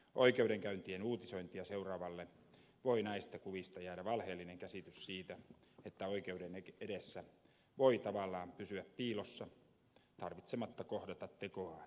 oikeudenkäyntien uutisointia seuraavalle voi näistä kuvista jäädä valheellinen käsitys siitä että oikeuden edessä voi tavallaan pysyä piilossa tarvitsematta kohdata tekoaan silmästä silmään